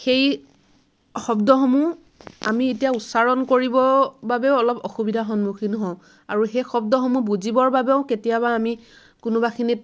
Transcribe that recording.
সেই শব্দসমূহ আমি এতিয়া উচ্চাৰণ কৰিব বাবেও অলপ অসুবিধা সন্মুখীন হওঁ আৰু সেই শব্দসমূহ বুজিবৰ বাবেও কেতিয়াবা আমি কোনোবাখিনিত